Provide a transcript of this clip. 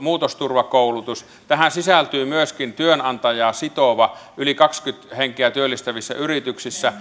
muutosturvakoulutus tähän sisältyy myöskin työnantajaa sitova yli kaksikymmentä henkeä työllistävissä yrityksissä